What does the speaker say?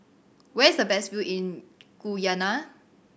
where is the best view in Guyana